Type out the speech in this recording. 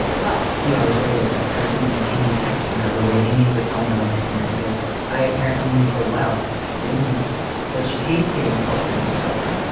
but a few hours later, i received an angry text from her, me for telling her over email because i apparently knew full well i didn't that she hates getting important news that way.